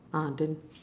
ah then